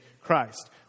Christ